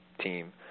team